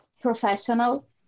professional